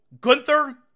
Gunther